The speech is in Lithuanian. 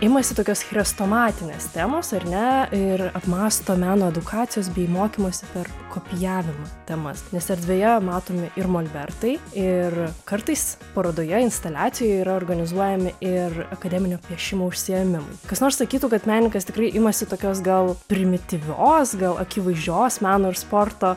imasi tokios chrestomatinės temos ar ne ir apmąsto meno edukacijos bei mokymosi per kopijavimą temas nes erdvėje matomi ir molbertai ir kartais parodoje instaliacijoje yra organizuojami ir akademinio piešimo užsiėmimai kas nors sakytų kad menininkas tikrai imasi tokios gal primityvios gal akivaizdžios meno ir sporto